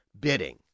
bidding